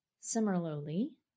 Similarly